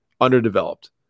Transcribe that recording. underdeveloped